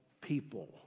people